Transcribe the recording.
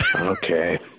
Okay